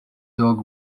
dog